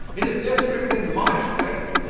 in a district in my state,